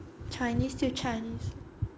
chinese still chinese